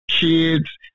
kids